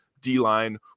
D-line